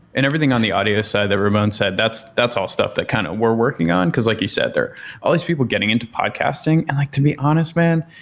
and everything on the audio side that ramon said, that's that's all stuff that kind of we're working on. because like you said, all these people getting into podcasting. and like to be honest, man,